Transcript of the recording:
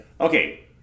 Okay